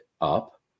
up